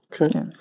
Okay